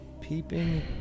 peeping